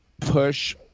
push